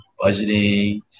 budgeting